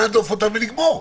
נהדוף אותן ונגמור.